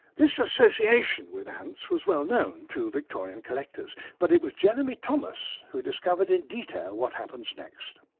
this association with ants was well known to victorian collectors, but it was jeremy thomas who discovered in detail what happens next.